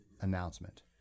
Announcement